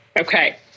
Okay